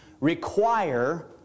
require